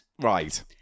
right